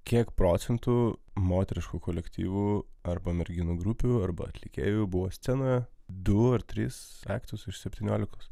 kiek procentų moteriškų kolektyvų arba merginų grupių arba atlikėjų buvo scenoje du ar tris aktus iš septyniolikos